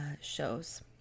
shows